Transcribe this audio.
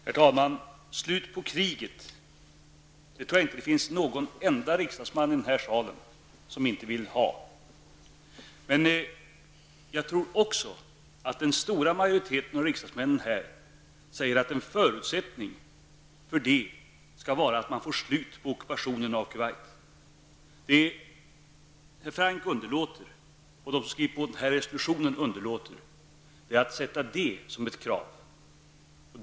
Herr talman! Ett slut på kriget tror jag att det inte finns någon enda riksdagsman i denna sal som inte vill ha. Men jag tror också att den stora majoriteten av riksdagsmän säger att en förutsättning härför är ett slut på ockupationen av Kuwait. Det Hans Göran Franck och de som har skrivit under denna resolution underlåter är att sätta detta såsom ett krav.